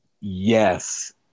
Yes